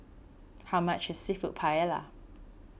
how much is Seafood Paella